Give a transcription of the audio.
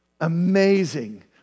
amazing